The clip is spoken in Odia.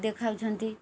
ଦେଖାଉଛନ୍ତି